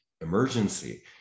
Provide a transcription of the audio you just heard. emergency